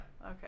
Okay